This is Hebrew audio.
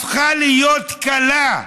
הפכה להיות קלה,